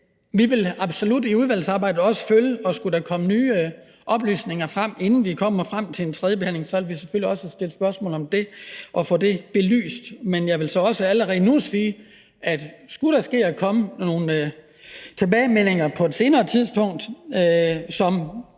vi vil absolut følge det i udvalgsarbejdet, og skulle der komme nye oplysninger, inden vi kommer til tredjebehandlingen, vil vi selvfølgelig også stille spørgsmål om dem og få det belyst. Men jeg vil så også allerede nu sige, at hvis der på et senere tidspunkt